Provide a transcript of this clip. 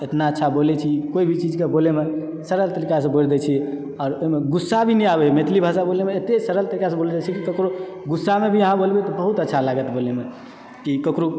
इतना अच्छा बोलय छी कोई भी चीजके बोलयमे सरल तरीकासँ बोलि दय छी आओर ओहिमे गुस्सा भी नहि आबए मैथिली भाषा बोलयमे एतय सरल तरीकासँ बोलल जाइत छै कि ककरो गुस्सामे भी अहाँ बोलबे तऽ बहुत अच्छा लागत बोलयमे कि ककरो